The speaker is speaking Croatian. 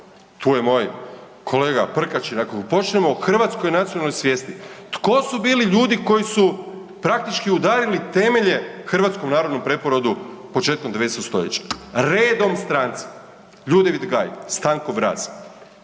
tu je moj kolega Prkačin, ako počnemo o hrvatskoj nacionalnoj svijesti. Tko su bili ljudi koji su praktički udarili temelje hrvatskom narodnom preporodu početkom 19. st.? Redom stranci, Ljudevit Gaj, Stanko Vraz,